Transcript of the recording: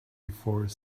before